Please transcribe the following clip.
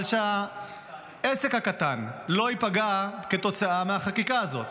אבל שהעסק הקטן לא ייפגע כתוצאה מהחקיקה הזאת.